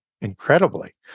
Incredibly